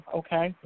okay